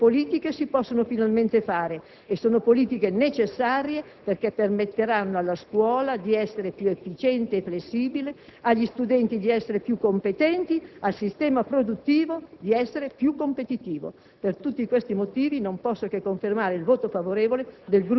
Oggi, dopo l'approvazione del provvedimento al nostro esame, tutte queste politiche possono finalmente essere attuate, e sono politiche necessarie, perché permetteranno alla scuola di essere più efficiente e flessibile, agli studenti di essere più competenti, al sistema produttivo di essere più competitivo.